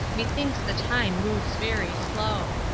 methinks the time moves very slow.